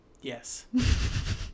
yes